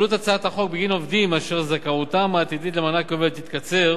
עלות הצעת החוק בגין עובדים אשר זכאותם העתידית למענק יובל תתקצר